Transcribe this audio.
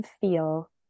feel